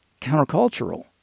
countercultural